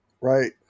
Right